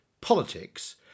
politics